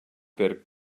per